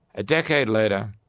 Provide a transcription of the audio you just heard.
a decade later,